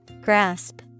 Grasp